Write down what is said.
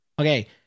Okay